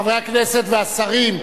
חברי הכנסת והשרים,